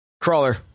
crawler